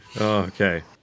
Okay